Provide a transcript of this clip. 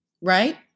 Right